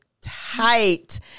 tight